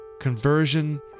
conversion